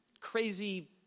crazy